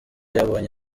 yabonye